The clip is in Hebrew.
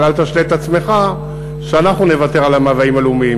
אבל אל תשלה את עצמך שאנחנו נוותר על המאוויים הלאומיים.